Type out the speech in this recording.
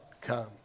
come